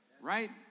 right